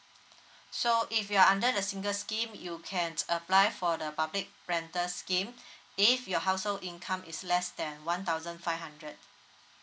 so if you're under the single scheme you can apply for the public rental scheme if your household income is less than one thousand five hundred